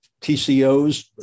TCOs